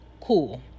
cool